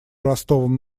ростовом